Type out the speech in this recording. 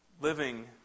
living